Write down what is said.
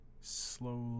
slowly